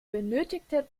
benötigte